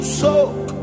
soak